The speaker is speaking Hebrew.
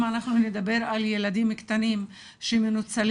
אם אנחנו נדבר על ילדים קטנים שמנוצלים,